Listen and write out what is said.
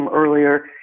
earlier